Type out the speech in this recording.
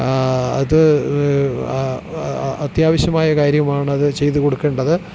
അത് അത്യാവശ്യമായ കാര്യമാണ് അത് ചെയ്തു കൊടുക്കേണ്ടത്